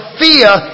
fear